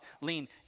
Lean